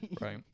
Right